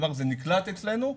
כלומר זה נקלט אצלנו,